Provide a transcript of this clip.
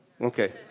Okay